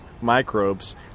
microbes